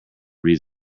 reads